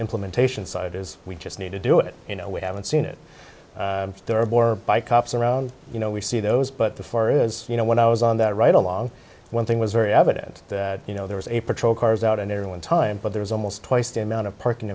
implementation side is we just need to do it you know we haven't seen it there are more by cops around you know we see those but the floor is you know when i was on that right along one thing was very evident that you know there was a pretrial cars out and everyone time but there was almost twice the amount of parking